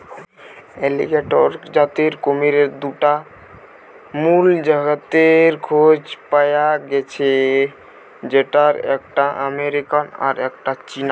alligator জাতের কুমিরের দুটা মুল জাতের খোঁজ পায়া গ্যাছে যেটার একটা আমেরিকান আর একটা চীনা